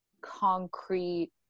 concrete